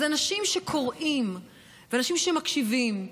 אז אנשים שקוראים ואנשים שמקשיבים,